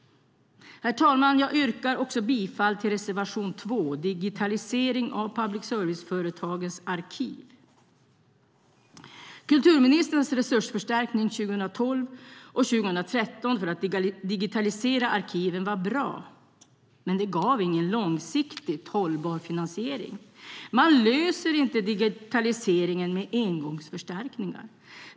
Herr talman! Jag yrkar bifall också till reservation 2 om digitalisering av public service-företagens arkiv. Kulturministerns resursförstärkning 2012 och 2013 för att digitalisera arkiven var bra, men det gav ingen långsiktigt hållbar finansiering. Man löser inte digitaliseringen med engångsförstärkningar.